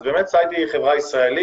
אז באמת חברת סייט היא חברה ישראלית,